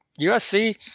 USC